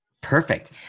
Perfect